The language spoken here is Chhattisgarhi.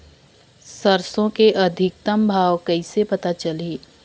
सरसो के अधिकतम भाव कइसे पता चलही?